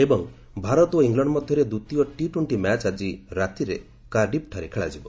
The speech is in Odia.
ଏବଂ ଭାରତ ଓ ଙ୍ଗଲଣ୍ଡ ମଧ୍ୟରେ ଦ୍ୱିତୀୟ ଟି ଟୋର୍କ୍ତି ମ୍ୟାଚ୍ ଆଜି ରାତିରେ କାର୍ଡିଫ୍ଠାରେ ଖେଳାଯିବ